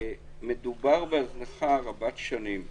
מדובר בהזנחה רבת שנים.